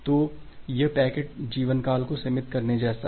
तो यह पैकेट जीवनकाल को सीमित करने जैसा है